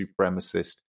supremacist